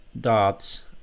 dots